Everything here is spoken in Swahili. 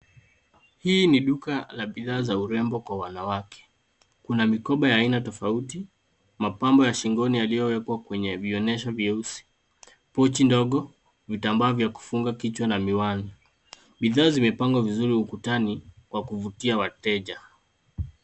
Hii ni duka la bidhaa za urembo kwa wanawake. Kuna mikoba ya aina tofauti, mapambo ya shingoni yaliyowekwa kwenye vioneshwa vyeusi, pochi ndogo, vitambaa vya kufunga kichwa na miwani. Bidhaa zimepangwa vizuri ukutani kwa kuvutia wateja.